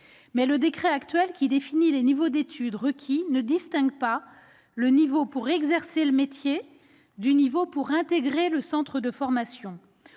Mais le décret actuel qui définit les niveaux d'études requis ne distingue pas le niveau exigé pour exercer le métier de celui qui est requis pour intégrer le centre de formation.